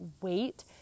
wait